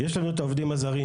יש לנו את העובדים הזרים,